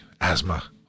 asthma